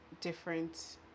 different